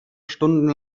stunden